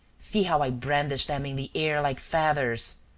see how i brandish them in the air, like feathers!